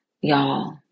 Y'all